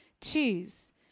choose